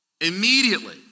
Immediately